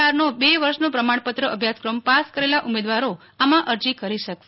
આરનો બે વર્ષનો પ્રમાણપત્ર અભ્યાસક્રમ પાસ કરેલા ઉમેદવારો આમા અરજી કરી શકશે